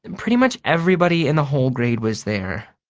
and pretty much everybody in the whole grade was there.